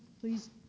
Please